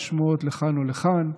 יש שמועות לכאן ולכאן.